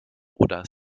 oder